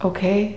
Okay